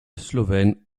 slovène